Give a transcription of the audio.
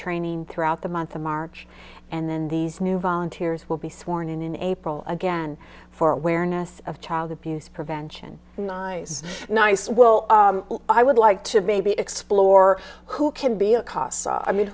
training throughout the month of march and then these new volunteers will be sworn in in april again for awareness of child abuse prevention and eyes nice well i would like to baby explore who can be a cost saw i mean